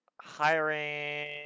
hiring